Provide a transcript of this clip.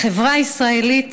החברה הישראלית